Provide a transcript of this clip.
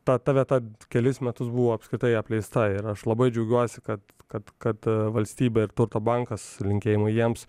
ta ta vieta kelis metus buvo apskritai apleista ir aš labai džiaugiuosi kad kad kad valstybė ir turto bankas linkėjimai jiems